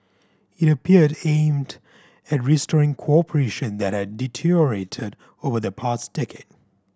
it appeared aimed at restoring cooperation that had deteriorated over the past decade